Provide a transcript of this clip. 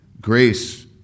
grace